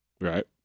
Right